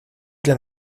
для